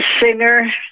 singer